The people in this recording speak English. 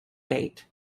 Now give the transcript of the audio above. date